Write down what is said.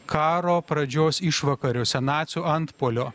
karo pradžios išvakarėse nacių antpuolio